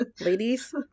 ladies